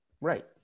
Right